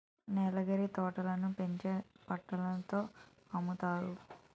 నీలగిరి తోటలని పెంచి టన్నుల తో అమ్ముతారు